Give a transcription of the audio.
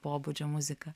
pobūdžio muzika